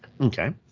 Okay